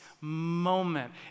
moment